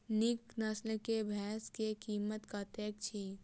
नीक नस्ल केँ भैंस केँ कीमत कतेक छै?